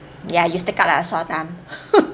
ya use the card like a sore thumb